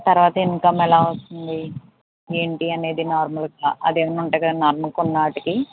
తర్వాత ఇన్కమ్ ఎలా వస్తుంది ఏంటి అనేది నార్మల్గా అదే ఉంటుందిగా నార్మల్గా కొన్నాటికి